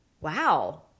wow